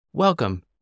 Welcome